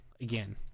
again